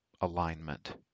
alignment